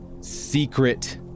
secret